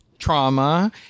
Trauma